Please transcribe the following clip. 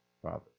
Father